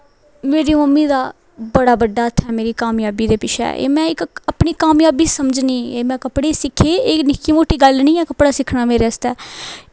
मेरी मम्मी दा बड़ा बड्डा हत्थ ऐ मेरी कामजाबी दे पिच्छै में एह् इक अपनी कामजाबी समझनी एह् में कपड़े सिक्खे निक्की मुट्टी गल्ल निं ऐ कपड़ा सिक्खना